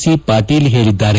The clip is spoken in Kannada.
ಸಿ ಪಾಟೀಲ ಹೇಳಿದ್ದಾರೆ